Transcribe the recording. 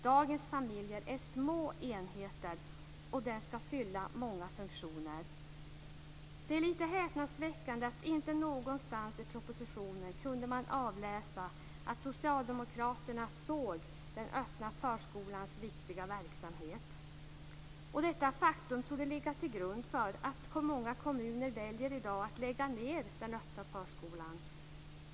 Dagens familjer är små enheter, och de skall fylla många funktioner. Det är lite häpnadsväckande att man inte någonstans i propositionen kunde avläsa att socialdemokraterna ser den öppna förskolans viktiga verksamhet. Detta faktum torde ligga till grund för att många kommuner i dag väljer att lägga ned den öppna förskolan.